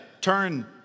turn